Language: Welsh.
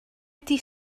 ydy